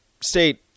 State